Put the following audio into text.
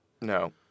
No